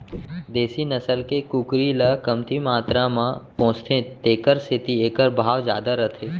देसी नसल के कुकरी ल कमती मातरा म पोसथें तेकर सेती एकर भाव जादा रथे